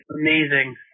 amazing